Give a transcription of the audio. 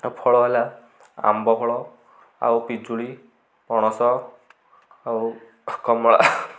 ଆଉ ଫଳ ହେଲା ଆମ୍ବ ଫଳ ଆଉ ପିଜୁଳି ପଣସ ଆଉ କମଳା